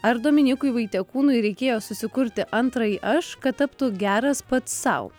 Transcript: ar dominykui vaitiekūnui reikėjo susikurti antrąjį aš kad taptų geras pats sau